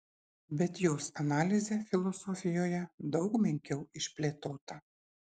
bet jos analizė filosofijoje daug menkiau išplėtota